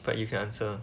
but you can answer